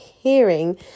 hearing